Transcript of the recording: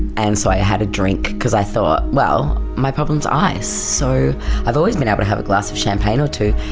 and so i had a drink, cause i thought, well, my problem's ice, so i've always been able to have a glass of champagne or two.